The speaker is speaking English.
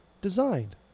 designed